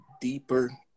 deeper